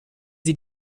sie